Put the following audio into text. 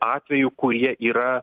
atvejų kurie yra